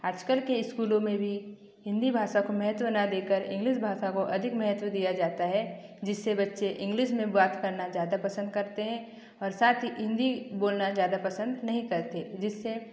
आज कल के स्कूलों में भी हिन्दी भाषा को महत्व ना देकर इंग्लिश भाषा को अधिक महत्व दिया जाता है जिससे बच्चे इंग्लिश में बात करना ज़्यादा पसंद करते हैं और साथ ही हिन्दी बोलना ज़्यादा पसंद नहीं करते जिससे